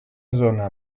zona